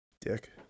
Dick